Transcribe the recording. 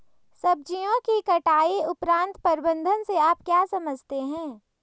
सब्जियों की कटाई उपरांत प्रबंधन से आप क्या समझते हैं?